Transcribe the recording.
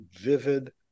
vivid